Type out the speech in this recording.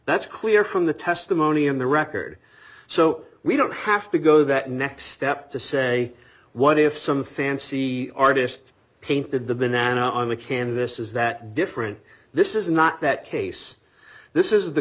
that's clear from the testimony in the record so we don't have to go that next step to say what if some fancy the artist painted the banana on the canvas is that different this is not that case this is the